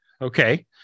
Okay